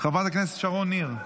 חברת הכנסת שרון ניר,